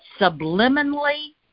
subliminally